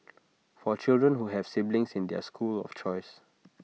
for children who have siblings in their school of choice